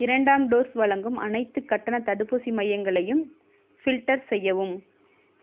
இரண்டாம் டோஸ் வழங்கும் அனைத்துக் கட்டணத் தடுப்பூசி மையங்களையும் ஃபில்டர் செய்யவும்